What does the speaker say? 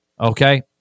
Okay